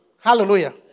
Hallelujah